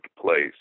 place